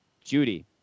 Judy